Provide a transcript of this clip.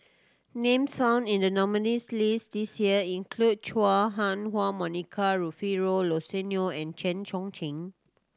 names found in the nominees' list this year include Chua Ha Huwa Monica Rufino and Chen